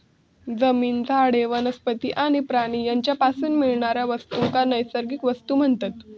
जमीन, झाडे, वनस्पती आणि प्राणी यांच्यापासून मिळणाऱ्या वस्तूंका नैसर्गिक वस्तू म्हणतत